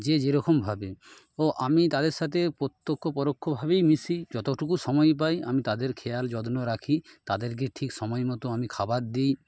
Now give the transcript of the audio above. যে যেরকম ভাবে ও আমি তাদের সাথে প্রত্যক্ষ পরোক্ষভাবেই মিশি যতটুকু সময় পাই আমি তাদের খেয়াল যত্ন রাখি তাদেরকে ঠিক সময় মতো আমি খাবার দিই